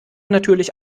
natürlich